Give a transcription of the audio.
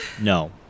no